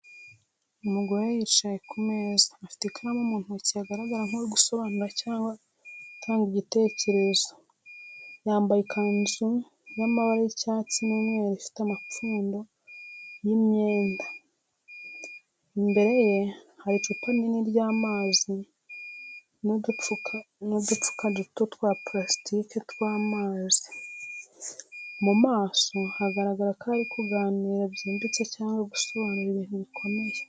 Umugore yicaye ku meza, afite ikaramu mu ntoki agaragara nk’uri gusobanura cyangwa atanga igitekerezo. Yambaye ikanzu y’amabara y’icyatsi n’umweru ifite amapfundo y’imyenda. Imbere ye hari icupa rinini ry’amazi n’udupfuka duto twa parasitiki tw’amazi. Mu maso hagaragara ko ari kuganira byimbitse cyangwa gusobanura ibintu bikomeye.